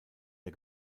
der